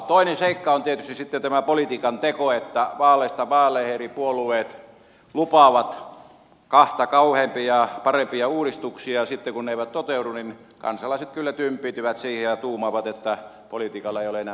toinen seikka on tietysti sitten tämä politiikan teko että vaaleista vaaleihin eri puolueet lupaavat parempia uudistuksia ja sitten kun ne eivät toteudu niin kansalaiset kyllä tympiintyvät siihen ja tuumaavat että politiikalla ei ole enää mitään merkitystä